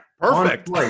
perfect